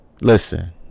listen